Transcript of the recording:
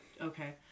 Okay